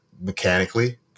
mechanically